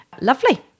Lovely